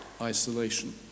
Isolation